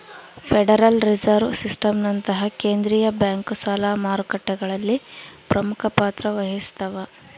federal reserve ಸಿಸ್ಟಮ್ನಂತಹ ಕೇಂದ್ರೀಯ bank ಸಾಲ ಮಾರುಕಟ್ಟೆಗಳಲ್ಲಿ ಪ್ರಮುಖ ಪಾತ್ರ ವಹಿಸ್ತವ